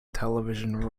television